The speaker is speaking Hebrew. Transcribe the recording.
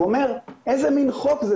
הוא אומר 'איזה מן חוק זה,